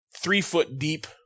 three-foot-deep